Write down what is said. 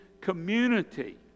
community